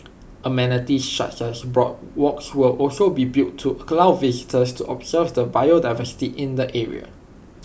amenities such as boardwalks will also be built to allow visitors to observe the biodiversity in the area